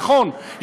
נכון,